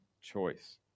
choice